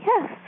yes